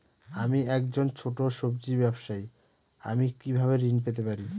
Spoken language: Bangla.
আমি একজন ছোট সব্জি ব্যবসায়ী আমি কিভাবে ঋণ পেতে পারি?